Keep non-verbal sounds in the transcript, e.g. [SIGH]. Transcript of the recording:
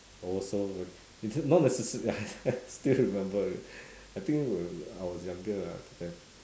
also not necessa~ [LAUGHS] I still remember it I think when we I was younger ah at that time